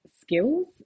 skills